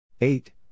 Eight